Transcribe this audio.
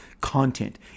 content